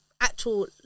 actual